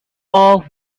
are